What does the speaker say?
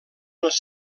els